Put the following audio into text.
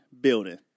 building